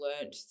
learned